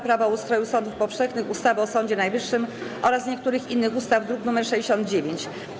Prawo o ustroju sądów powszechnych, ustawy o Sądzie Najwyższym oraz niektórych innych ustaw, druk nr 69.